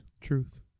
truth